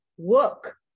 Work